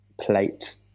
plate